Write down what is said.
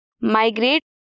migrate